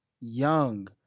young